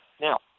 Now